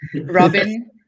Robin